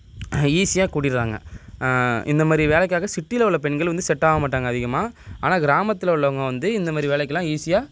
ஈஸியாக கூடுறாங்க இந்தமாதிரி வேலைக்காக சிட்டியில உள்ள பெண்கள் வந்து செட்டாக மாட்டாங்க அதிகமாக ஆனால் கிராமத்தில் உள்ளவங்க வந்து இந்தமாரி வேலைக்கெலாம் ஈஸியாக